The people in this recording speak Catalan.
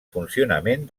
funcionament